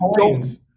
coins